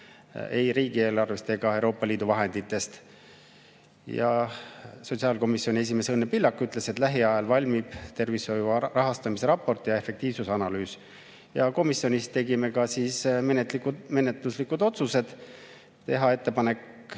ei riigieelarvest ega ka Euroopa Liidu vahenditest. Sotsiaalkomisjoni esimees Õnne Pillak ütles, et lähiajal valmib tervishoiu rahastamise raport ja efektiivsuse analüüs. Komisjonis tegime ka menetluslikud otsused. Teha ettepanek